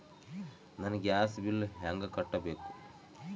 ನನ್ನ gas bill ಹೆಂಗ ಕಟ್ಟಬೇಕು?